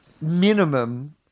minimum